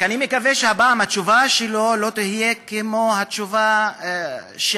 רק אני מקווה שהפעם התשובה שלו לא תהיה כמו התשובה בעבר,